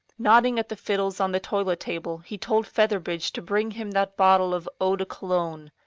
nodding at the fiddles on the toilet-table, he told featherbridge to bring him that bottle of eau-de cologne.